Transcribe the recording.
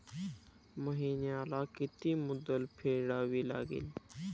महिन्याला किती मुद्दल फेडावी लागेल?